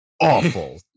awful